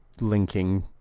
linking